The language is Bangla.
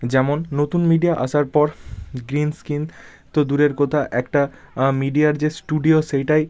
যেমন নতুন মিডিয়া আসার পর গ্রিন স্ক্রিন তো দূরের কথা একটা মিডিয়ার যে স্টুডিও সেইটাই